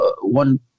one